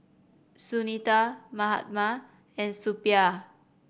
Sunita Mahatma and Suppiah